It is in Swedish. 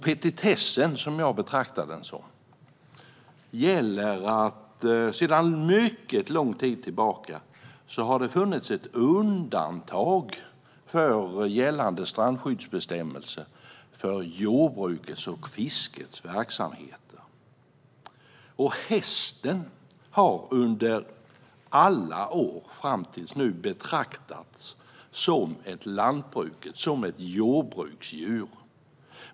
Petitessen - jag betraktar det som en petitess - gäller detta: Sedan mycket lång tid tillbaka har det funnits ett undantag från gällande strandskyddsbestämmelser för jordbrukets och fiskets verksamheter. Hästen har under alla år fram till nu betraktats som ett jordbruksdjur.